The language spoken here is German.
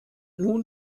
nun